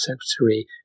Secretary